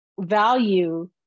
value